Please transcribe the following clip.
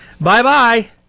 Bye-bye